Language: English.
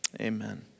Amen